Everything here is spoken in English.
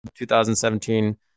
2017